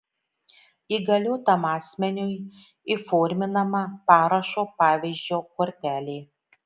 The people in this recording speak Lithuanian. įgaliotam asmeniui įforminama parašo pavyzdžio kortelė